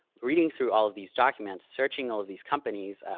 reading through all of these documents, searching all of these companies,